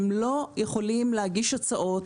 הם לא יכולים להגיש הצעות,